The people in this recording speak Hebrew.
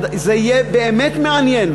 זה יהיה באמת מעניין,